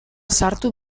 sartu